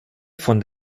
von